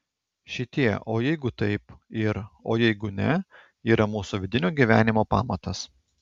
šitie o jeigu taip ir o jeigu ne yra mūsų vidinio gyvenimo pamatas